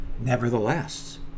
Nevertheless